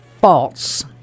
false